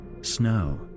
snow